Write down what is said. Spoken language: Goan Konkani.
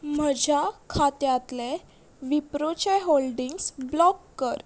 म्हज्या खात्यांतले विप्रोचे होल्डिंग्स ब्लॉक कर